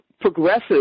progressive